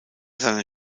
seiner